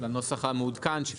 לישיבה הבאה תביא לנו